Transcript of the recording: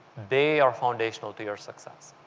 they are foundational to your success.